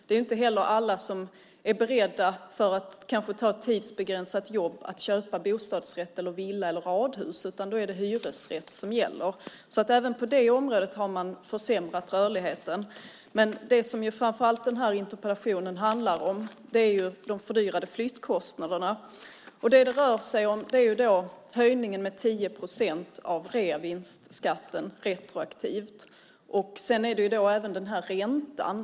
Det är inte heller alla som är beredda att köpa en bostadsrätt, en villa eller ett radhus för att ta ett tidsbegränsat jobb, utan då är det hyresrätt som gäller. Även på det området har man försämrat rörligheten. Det som interpellationen framför allt handlar om är de fördyrade flyttkostnaderna. Det är höjningen med 10 procent av reavinstskatten retroaktivt och även räntan.